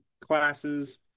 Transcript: classes